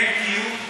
אין קיום,